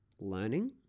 learning